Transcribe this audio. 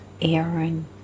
Aaron